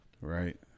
Right